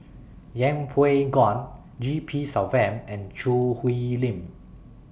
Yeng Pway G P Selvam and Choo Hwee Lim